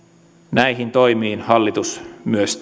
näihin toimiin hallitus myös